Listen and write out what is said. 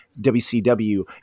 WCW